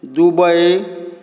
Dubai